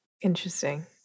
Interesting